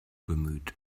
bemüht